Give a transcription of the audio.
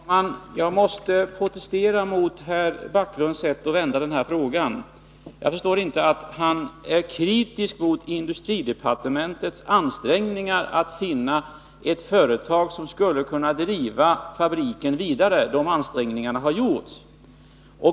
Fru talman! Jag måste protestera mot herr Backlunds sätt att vända frågan. Jag förstår inte varför han är kritisk mot industridepartementets ansträngningar att finna ett företag som skulle kunna driva fabriken vidare. De ansträngningarna har gjorts.